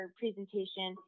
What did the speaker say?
presentation